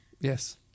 Yes